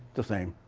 the same.